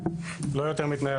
כן, לא יותר מתנאי הפוליסה.